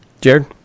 Jared